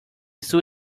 sur